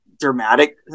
dramatic